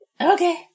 Okay